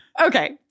Okay